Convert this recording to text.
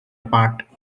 apart